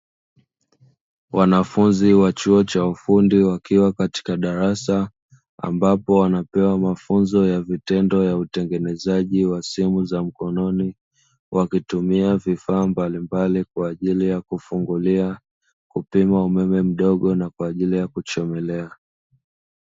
Wanafunzi wa chuo cha ufundi wakiwa katika darasa ambapo wanapewa mafunzo ya vitendo ya utengenezaji wa simu za mkononi, wakitumia vifaa mbalimbali kwa ajili ya kufungulia, kupima umeme mdogo na kwa ajili ya kuchomelea.